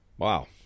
Wow